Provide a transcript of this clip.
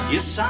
Yes